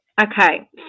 Okay